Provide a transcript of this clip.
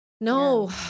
no